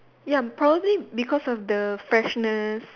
ya probably because of the freshness